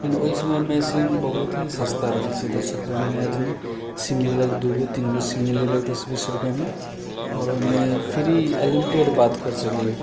लेकिन ओहि समयमे सिम बहुत ही सस्ता रहै जइसे दस रुपैआमे आदमी सिम लेलक दूगो तीनगो सिम लेलक दस बीस रुपैआमे आओर ओहिमे फ्री अनलिमिटेड बात करि सकैए